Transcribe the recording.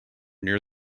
near